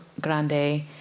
Grande